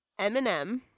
Eminem